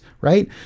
right